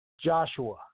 Joshua